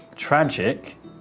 tragic